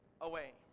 away